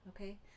Okay